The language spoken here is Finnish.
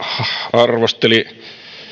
arvosteli